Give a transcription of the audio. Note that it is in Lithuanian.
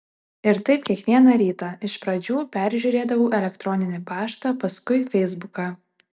ir taip kiekvieną rytą iš pradžių peržiūrėdavau elektroninį paštą paskui feisbuką